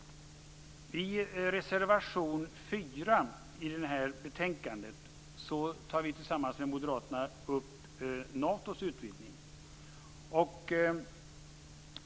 I reservation 4 i betänkandet tar vi tillsammans med moderaterna upp Natos utvidgning.